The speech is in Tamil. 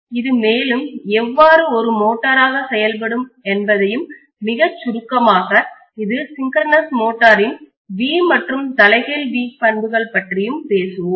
இது மேலும் எவ்வாறு ஒரு மோட்டாராக செயல்படும் என்பதையும் மிகச் சுருக்கமாக இது சின்க்ரோனஸ் மோட்டாரின் V மற்றும் தலைகீழ் V பண்புகள் பற்றியும் பேசுவோம்